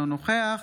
אינו נוכח